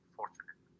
fortunate